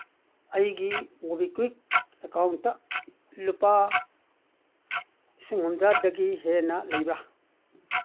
ꯑꯩꯒꯤ MobiKwik account ꯂꯨꯄꯥ ꯂꯤꯁꯤꯡ ꯍꯨꯝꯗ꯭ꯔꯥꯗꯒꯤ ꯍꯦꯟꯅ ꯂꯩꯕ꯭ꯔꯥ